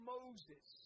Moses